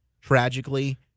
tragically